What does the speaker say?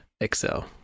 Excel